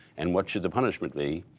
and what should the punishment be.